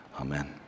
Amen